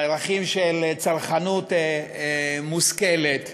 ערכים של צרכנות מושכלת,